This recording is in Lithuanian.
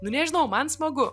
nu nežinau man smagu